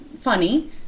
funny